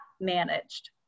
managed